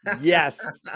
Yes